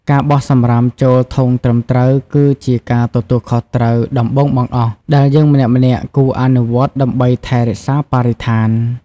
ការបោះសំរាមចូលធុងត្រឹមត្រូវ គឺជាការទទួលខុសត្រូវដំបូងបង្អស់ ដែលយើងម្នាក់ៗគួរអនុវត្តដើម្បីថែរក្សាបរិស្ថាន។